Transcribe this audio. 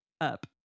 Up